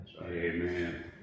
amen